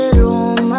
room